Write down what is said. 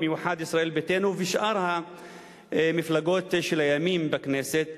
במיוחד ישראל ביתנו ושאר המפלגות של הימין בכנסת,